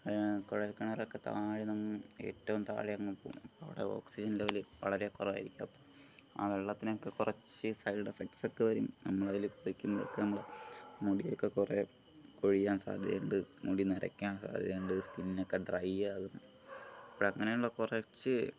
കുഴൽക്കിണറൊക്കെ താഴ്ന്നു അങ്ങ് ഏറ്റവും താഴെ അങ്ങ് പോകും അവിടെ ഓക്സിജൻ ലെവൽ വളരെ കുറവായിരിക്കും അപ്പം ആ വെള്ളത്തിന് ഒക്കെ കുറച്ച് സൈഡ് ഇഫക്റ്റ്സ് വരും നമ്മൾ അതിൽ കുളിക്കുമ്പോൾ ഒക്കെ നമ്മളുടെ മുടി ഒക്കെ കുറേ കൊഴിയാൻ സാധ്യതയുണ്ട് മുടി നരയ്ക്കാൻ സാധ്യതയുണ്ട് സ്കിൻ ഒക്കെ ഡ്രൈ ആകും അപ്പം അങ്ങനെ ഉള്ള കുറച്ച്